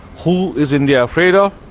who is india afraid of?